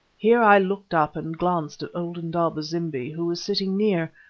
here i looked up and glanced at old indaba-zimbi, who was sitting near.